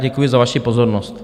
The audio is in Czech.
Děkuji za vaši pozornost.